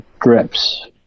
drips